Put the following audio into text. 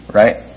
right